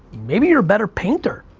maybe you're a better painter?